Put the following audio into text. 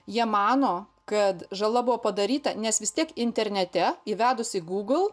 jie mano kad žala buvo padaryta nes vis tiek internete įvedus į google